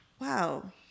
wow